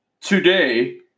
Today